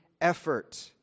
effort